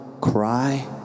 cry